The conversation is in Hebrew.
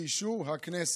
באישור הכנסת,